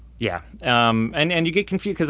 yeah um and and you get confused,